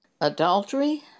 Adultery